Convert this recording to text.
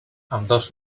ambdós